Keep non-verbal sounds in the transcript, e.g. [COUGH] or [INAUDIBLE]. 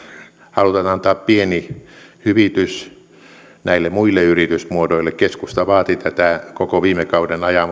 halutaan antaa pieni hyvitys näille muille yritysmuodoille keskusta vaati tätä koko viime kauden ajan [UNINTELLIGIBLE]